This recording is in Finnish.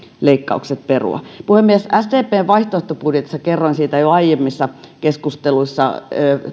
leikkaukset perua puhemies sdpn vaihtoehtobudjetissa kerroin siitä jo aiemmissa keskusteluissa